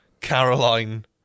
Caroline